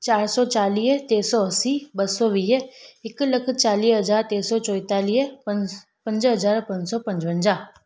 चारि सौ चालीह टे सौ असी ॿ सौ वीह हिक लख चालीह हज़ार टे सौ चोएतालीह पंस पंज हज़ार पंज सौ पंजवंजाह